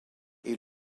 est